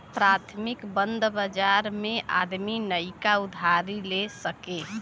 प्राथमिक बंध बाजार मे आदमी नइका उधारी ले सके